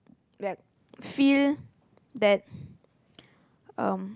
like feel that um